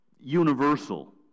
universal